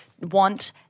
want